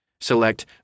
select